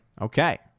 Okay